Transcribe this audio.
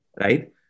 right